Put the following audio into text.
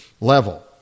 level